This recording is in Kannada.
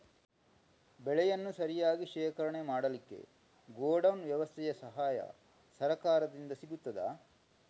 ಬೆಳೆಯನ್ನು ಸರಿಯಾಗಿ ಶೇಖರಣೆ ಮಾಡಲಿಕ್ಕೆ ಗೋಡೌನ್ ವ್ಯವಸ್ಥೆಯ ಸಹಾಯ ಸರಕಾರದಿಂದ ಸಿಗುತ್ತದಾ?